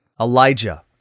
Elijah